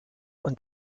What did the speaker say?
und